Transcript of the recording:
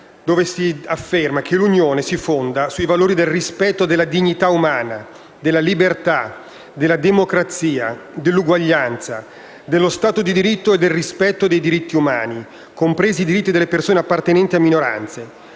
dove si afferma che «L'Unione si fonda sui valori del rispetto della dignità umana, della libertà, della democrazia, dell'uguaglianza, dello Stato di diritto e del rispetto dei diritti umani, compresi i diritti delle persone appartenenti a minoranze.